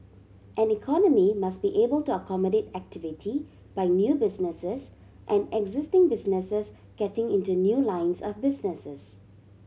an economy must be able to accommodate activity by new businesses and existing businesses getting into new lines of businesses